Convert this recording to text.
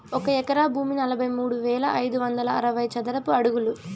ఒక ఎకరా భూమి నలభై మూడు వేల ఐదు వందల అరవై చదరపు అడుగులు